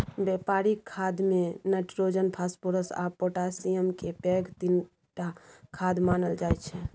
बेपारिक खादमे nitrogen, phosphorus आ पोटाशियमकेँ पैघ तीनटा खाद मानल जाइ छै